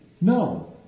No